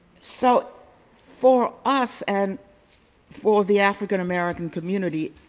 so for us and for the african american community,